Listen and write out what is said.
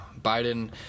Biden